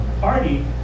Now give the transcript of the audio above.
party